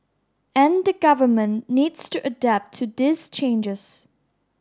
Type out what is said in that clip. and the government needs to adapt to these changes